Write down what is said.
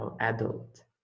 adult